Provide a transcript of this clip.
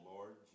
Lord